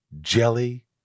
Jelly